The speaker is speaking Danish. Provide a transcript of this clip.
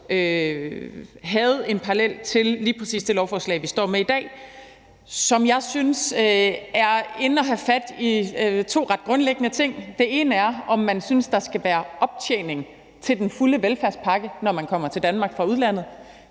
havde en parallel til lige præcis det lovforslag, vi står med i dag, og som jeg synes har fat i to ret grundlæggende ting. Det ene er, om man synes, der skal være optjening til den fulde velfærdspakke, når folk kommer til Danmark fra udlandet.